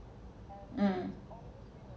um